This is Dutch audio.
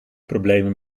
problemen